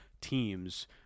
teams